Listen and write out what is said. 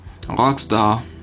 Rockstar